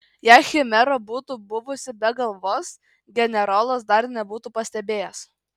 jei chimera būtų buvusi be galvos generolas dar nebūtų pastebėjęs